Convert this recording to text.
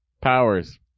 powers